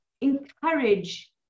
encourage